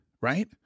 right